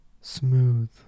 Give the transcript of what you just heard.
smooth